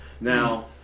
Now